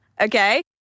Okay